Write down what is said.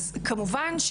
אז כמובן,